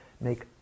make